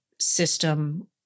system